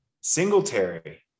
Singletary